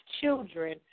children